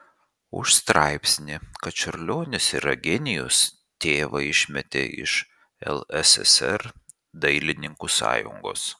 už straipsnį kad čiurlionis yra genijus tėvą išmetė iš lssr dailininkų sąjungos